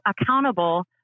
accountable